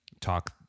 talk